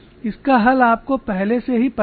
इसका हल आपको पहले से ही पता है